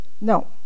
No